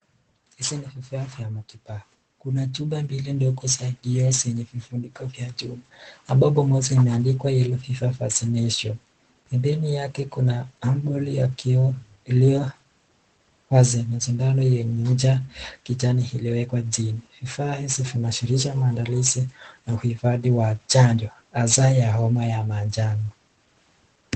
Hizi ni vifaa vya matibabu, kuna chupa mbili ndogo za kioo zenye vifuniko vya chuma. Ambapo moja imeandikwa yellow fever vaccination . Pembeni yake kuna ample ya kioo iliyo wazi na sindano yenye ncha kijani iliyowekwa chini. Vifaa hizi zinaashiria maandalizi ya uhifadhi wa chanjo hasa wa homa ya manjano.